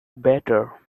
better